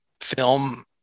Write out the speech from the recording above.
film